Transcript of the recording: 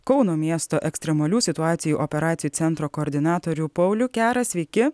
kauno miesto ekstremalių situacijų operacijų centro koordinatorių paulių kerą sveiki